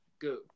Good